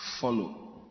follow